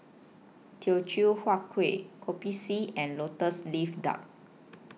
Teochew Huat Kuih Kopi C and Lotus Leaf Duck